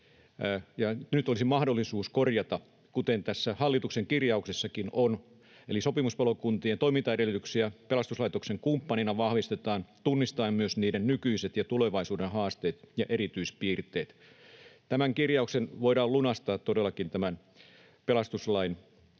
Nyt olisi mahdollisuus korjata, kuten tässä hallituksen kirjauksessakin on, että sopimuspalokuntien toimintaedellytyksiä pelastuslaitoksen kumppanina vahvistetaan tunnistaen myös niiden nykyiset ja tulevaisuuden haasteet ja erityispiirteet. Tämä kirjaus voidaan todellakin lunastaa pelastuslain uudistuksen